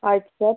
ಆಯಿತು ಸರ್